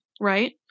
Right